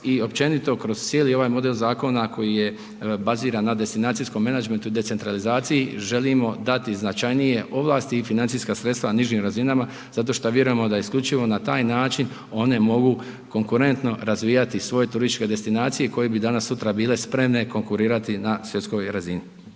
i općenito kroz cijeli ovaj model zakona koji je baziran na destinacijskom menadžmentu i decentralizaciji želimo dati značajnije ovlasti i financijska sredstava nižim razinama zato šta vjerujemo da isključivo na taj način one mogu konkurentno razvijati svoje turističke destinacije koje bi danas sutra bile spremne konkurirati na svjetskoj razini.